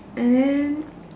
and then